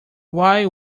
why